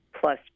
plus